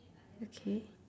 okay